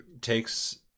takes